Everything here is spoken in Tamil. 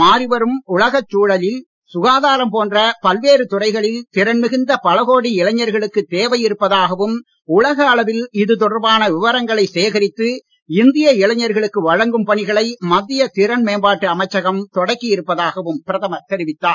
மாறிவரும் உலகச் சூழலில் சுகாதாரம் போன்ற பல்வேறு துறைகளில் திறன் மிகுந்த பல கோடி இளைஞர்களுக்கு தேவை இருப்பதாகவும் உலக அளவில் இது தொடர்பான விவரங்களை சேகரித்து இந்திய இளைஞர்களுக்கு வழங்கும் பணிகளை மத்திய திறன்மேம்பாட்டு அமைச்சகம் தொடக்கி இருப்பதாகவும் பிரதமர் தெரிவித்தார்